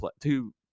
two